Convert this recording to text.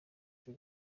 cyo